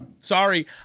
Sorry